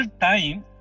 time